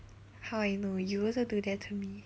how I know you also do that to me